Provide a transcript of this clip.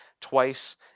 twice